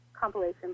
compilation